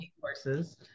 courses